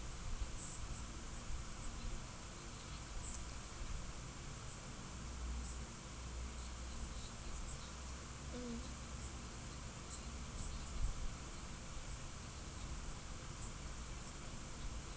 mm